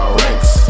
ranks